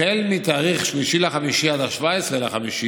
החל מתאריך 3 במאי עד 17 במאי,